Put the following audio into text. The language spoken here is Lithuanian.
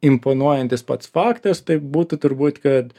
imponuojantis pats faktas tai būtų turbūt kad